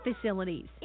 facilities